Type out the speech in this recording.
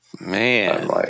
man